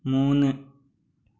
മൂന്ന്